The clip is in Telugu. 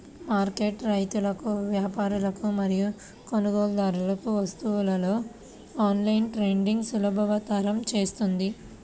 మార్కెట్ రైతులకు, వ్యాపారులకు మరియు కొనుగోలుదారులకు వస్తువులలో ఆన్లైన్ ట్రేడింగ్ను సులభతరం చేస్తుంది